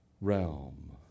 realm